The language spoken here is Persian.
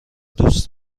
دوست